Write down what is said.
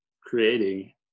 creating